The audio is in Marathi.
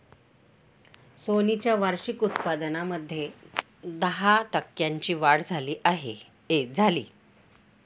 सोनी च्या वार्षिक उत्पन्नामध्ये दहा टक्क्यांची वाढ झाली